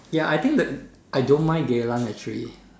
ya I think the I don't mind Geylang actually